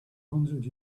hundred